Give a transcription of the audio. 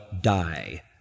die